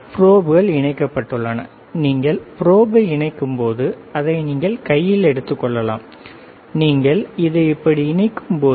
ப்ரோபுகள் இணைக்கப்பட்டுள்ளன நீங்கள் ப்ரோபை இணைக்கும்போது அதை நீங்கள் கையில் எடுத்துக் கொள்ளலாம் நீங்கள் இதை இப்படி இணைக்கும்போது